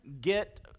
get